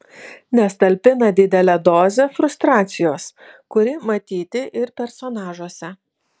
nes talpina didelę dozę frustracijos kuri matyti ir personažuose